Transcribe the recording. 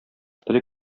теле